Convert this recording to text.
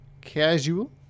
casual